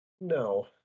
No